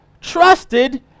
trusted